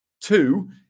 Two